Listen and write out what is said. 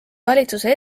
valitsuse